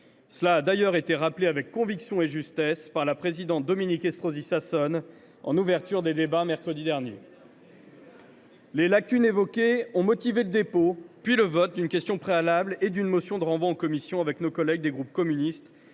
Cela a d’ailleurs été rappelé avec conviction et justesse par la présidente Dominique Estrosi Sassone en ouverture des débats, mercredi dernier. Les lacunes évoquées ont motivé le dépôt puis le vote d’une question préalable et d’une motion de renvoi en commission avec nos collègues du groupe Communiste